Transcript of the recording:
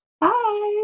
Bye